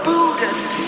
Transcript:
Buddhist